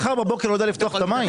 לא יודע מחר בבוקר לפתוח את המים.